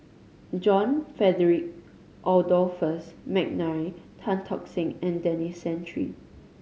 John Frederick Adolphus McNair Tan Tock Seng and Denis Santry